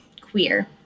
queer